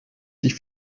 die